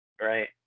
Right